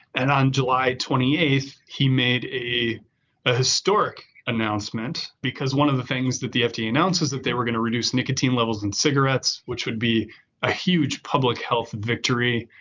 and on july twenty eighth, he made a a historic announcement because one of the things that the fda announces that they were going to reduce nicotine levels in cigarettes, which would be a huge public health victory.